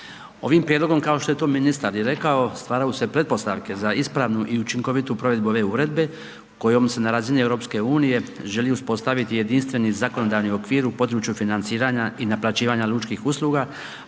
Ovim prijedlogom, kao što je to ministar i rekao, stvaraju se pretpostavke za ispravnu i učinkovitu provedbu ove uredbe kojom se na razini EU želi uspostaviti jedinstveni zakonodavni okvir u području financiranja i naplaćivanja lučih usluga,